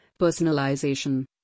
Personalization